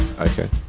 okay